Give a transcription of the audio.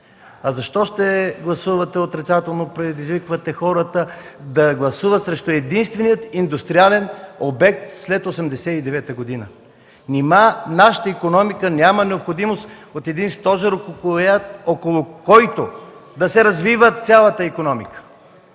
Защо ще гласувате отрицателно? Предизвиквате хората да гласуват срещу единствения индустриален обект след 1989 г. Нима нашата икономика няма необходимост от един стожер, около който да се развива цялата икономика?